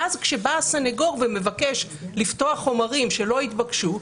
ואז כשבא הסנגור ומבקש לפתוח חומרים שלא התבקשו,